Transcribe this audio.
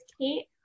Kate